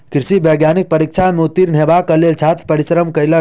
कृषि वैज्ञानिक परीक्षा में उत्तीर्ण हेबाक लेल छात्र परिश्रम कयलक